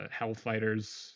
Hellfighters